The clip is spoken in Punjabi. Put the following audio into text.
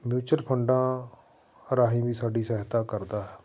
ਮਿਊਚਲ ਫੰਡਾਂ ਰਾਹੀਂ ਵੀ ਸਾਡੀ ਸਹਾਇਤਾ ਕਰਦਾ ਹੈ